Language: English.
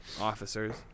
officers